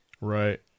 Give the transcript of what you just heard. Right